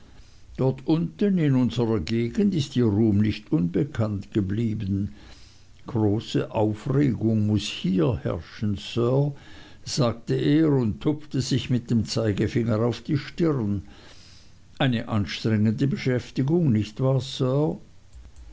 dort unten in unserer gegend ist ihr ruhm nicht unbekannt geblieben große aufregung muß hier herrschen sir sagte er und tupfte sich mit dem zeigefinger auf die stirn eine anstrengende beschäftigung nicht wahr